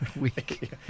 week